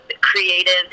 creative